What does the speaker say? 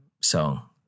song